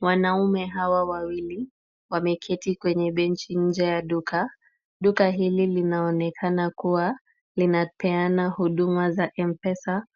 Wanaume hawa wawili wameketi kwenye benchi nje ya duka. Duka hili linaonekana kuwa linapeana huduma za M-Pesa.